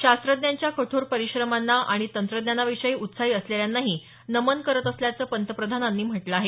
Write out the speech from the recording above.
शास्त्रज्ञांच्या कठोर परिश्रमांना आणि तंत्रज्ञानाविषयी उत्साही असलेल्यांनाही नमन करत असल्याचं पंतप्रधानांनी म्हटलं आहे